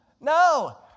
No